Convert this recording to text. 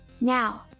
Now